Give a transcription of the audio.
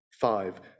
five